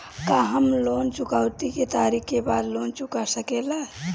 का हम लोन चुकौती के तारीख के बाद लोन चूका सकेला?